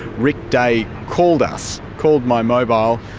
rick day called us, called my mobile,